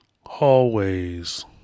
Hallways